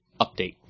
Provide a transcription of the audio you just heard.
Update